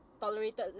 tolerated